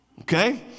okay